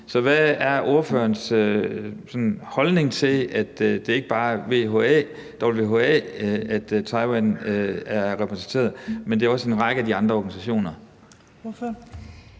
hvad er ordførerens holdning til, at det ikke bare er i WHA, Taiwan er repræsenteret, men at det også er i en række af de andre organisationer?